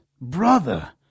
Brother